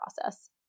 process